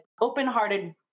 open-hearted